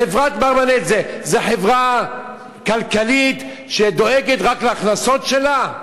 חברת "מרמנת" זו חברה כלכלית שדואגת רק להכנסות שלה?